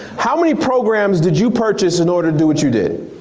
how many programs did you purchase in order to do what you did?